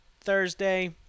Thursday